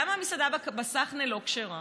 למה המסעדה בסחנה לא כשרה?